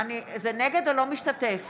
לא משתתף